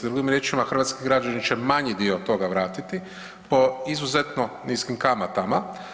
Drugim riječima, hrvatski građani će manji dio toga vratiti po izuzetno niskim kamatama.